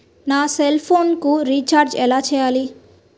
నా సెల్ఫోన్కు రీచార్జ్ ఎలా చేయాలి?